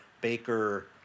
baker